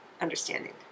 understanding